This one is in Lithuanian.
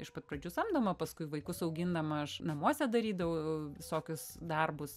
iš pat pradžių samdoma paskui vaikus augindama aš namuose darydavau visokius darbus